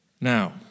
Now